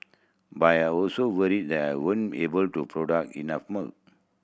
by I also worry that I won't able to product enough